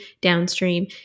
downstream